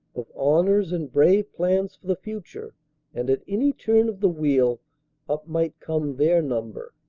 of honors and brave plans for the future and at any turn of the wheel up might come their number.